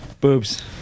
Boobs